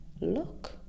Look